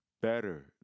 better